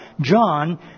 John